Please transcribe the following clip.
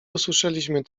usłyszeliśmy